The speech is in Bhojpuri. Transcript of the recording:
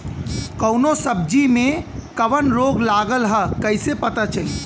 कौनो सब्ज़ी में कवन रोग लागल ह कईसे पता चली?